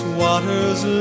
waters